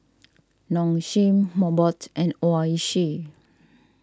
Nong Shim Mobot and Oishi